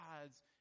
God's